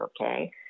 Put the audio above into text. Okay